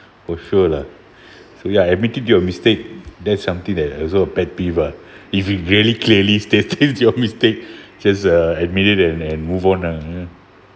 for sure lah so ya admitting your mistake that's something that also pet peeve ah if you really clearly states your mistake just uh admit it and and move on ah